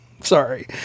Sorry